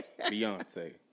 Beyonce